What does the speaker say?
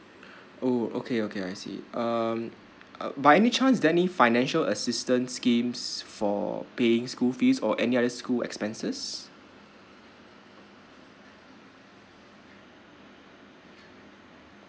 oh okay okay I see um uh by any chance is there any financial assistance schemes for paying school fees or any other school expenses